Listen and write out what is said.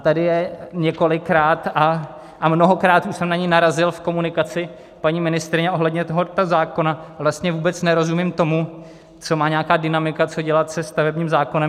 A tady je několikrát a mnohokrát už jsem na něj narazil v komunikaci paní ministryně ohledně tohoto zákona a vlastně vůbec nerozumím tomu, co má nějaká dynamika co dělat se stavebním zákonem.